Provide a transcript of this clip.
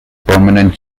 permanent